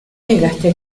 llegaste